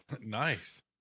nice